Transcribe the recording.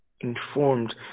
informed